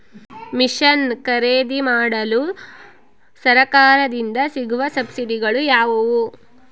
Mission ಖರೇದಿಮಾಡಲು ಸರಕಾರದಿಂದ ಸಿಗುವ ಸಬ್ಸಿಡಿಗಳು ಯಾವುವು?